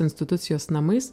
institucijos namais